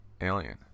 alien